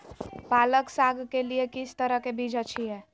पालक साग के लिए किस तरह के बीज अच्छी है?